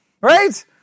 Right